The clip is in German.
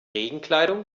regenkleidung